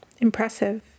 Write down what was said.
impressive